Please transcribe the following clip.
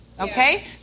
Okay